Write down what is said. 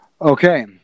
Okay